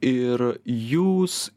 ir jūs